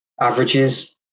averages